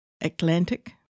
Atlantic